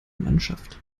mannschaft